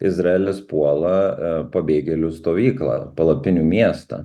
izraelis puola pabėgėlių stovyklą palapinių miestą